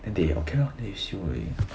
and they okay lor then they 修 already